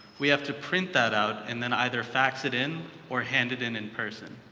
we have to print that out, and then either fax it in or hand it in in person.